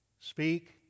Speak